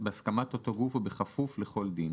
בהסכמת אותו גוף ובכפוף לכל דין,